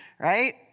right